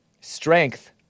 strength